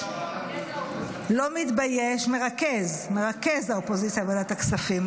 מרכז האופוזיציה בוועדת הכספים,